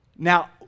Now